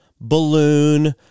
balloon